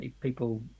people